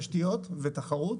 תשתיות ותחרות.